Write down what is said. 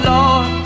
Lord